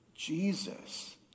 Jesus